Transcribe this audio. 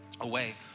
away